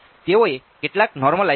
તેઓએ કેટલાક નોર્મલાઈજડ 0